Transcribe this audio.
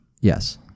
yes